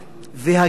והגישה,